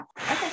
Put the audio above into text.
Okay